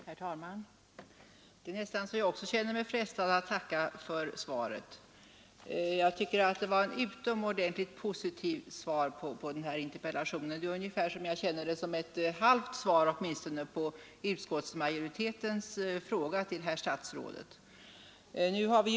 Herr talman! Det är nästan så att också jag känner mig frestad att tacka för svaret. Jag tycker att det var ett utomordentligt svar på denna interpellation; jag uppfattar det ungefär som ett halvt svar på utskottsmajoritetens fråga till herr statsrådet.